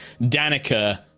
Danica